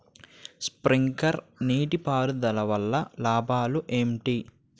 Sprinkler నీటిపారుదల వల్ల లాభాలు ఏంటి?